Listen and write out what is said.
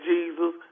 Jesus